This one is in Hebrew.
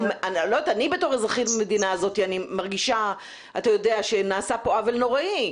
בתור אזרחית המדינה הזאת אני מרגישה שנעשה פה עוול נוראי.